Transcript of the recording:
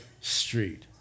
Street